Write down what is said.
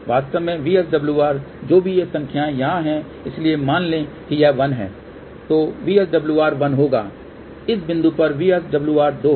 वास्तव में VSWR जो भी ये संख्याएं यहां हैं इसलिए मान लें कि यह 1 है तो VSWR 1 होगा इस बिंदु पर VSWR 2 होगा